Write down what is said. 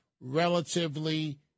relatively